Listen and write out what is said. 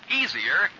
easier